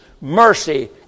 mercy